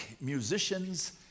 musicians